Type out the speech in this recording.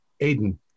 Aiden